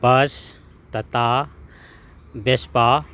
bus ꯇꯇꯥ Vespa